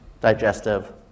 digestive